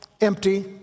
empty